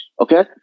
Okay